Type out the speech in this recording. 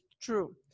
true